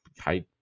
height